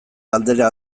galdera